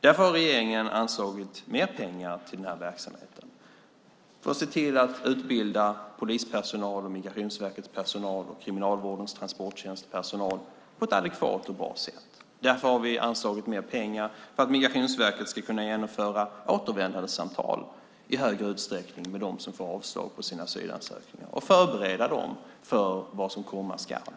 Därför har regeringen anslagit mer pengar till verksamheten - för att se till att utbilda polispersonal, Migrationsverkets personal och Kriminalvårdens transporttjänst och personal på ett adekvat och bra sätt. Därför har vi anslagit mer pengar för att Migrationsverket ska kunna genomföra återvändandesamtal i större utsträckning med dem som får avslag på sina asylansökningar och förbereda dem för vad som komma skall.